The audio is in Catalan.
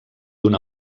una